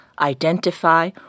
identify